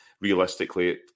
Realistically